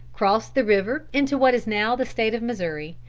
crossed the river into what is now the state of missouri,